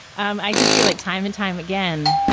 um i just feel like time and time again,